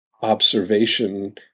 observation